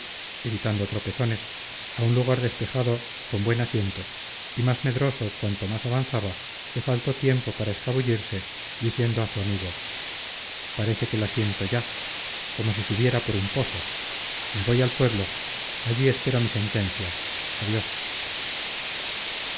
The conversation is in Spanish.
evitando tropezones a un lugar despejado con buen asiento y más medroso cuanto más avanzaba le faltó tiempo para escabullirse diciendo a su amigo parece que la siento ya como si subiera por un pozo me voy al pueblo allí espero mi sentencia adiós